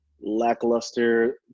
lackluster